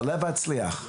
עלה והצליח.